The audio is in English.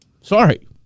Sorry